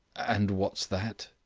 and what's that?